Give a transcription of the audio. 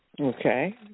Okay